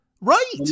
Right